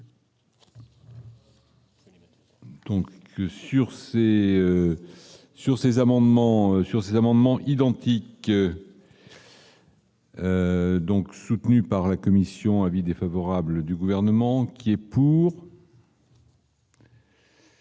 sur ces amendements identiques. Donc, soutenu par la Commission : avis défavorable du gouvernement qui est pour.